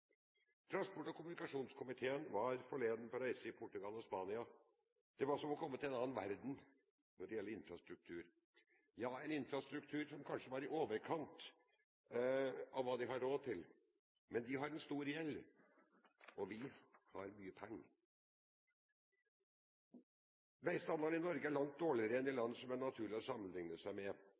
Transport- og kommunikasjonskomiteen var forleden på reise i Portugal og Spania. Det var som å komme til en annen verden når det gjelder infrastruktur. Ja, en infrastruktur som kanskje var i overkant av hva de har råd til, men de har en stor gjeld, og vi har mye penger. Veistandarden i Norge er langt dårligere enn i land det er naturlig å sammenligne seg med.